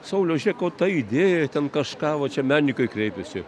sauliau žiūrėk o ta idėja ten kažką va čia menininkai kreipėsi